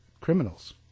criminals